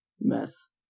mess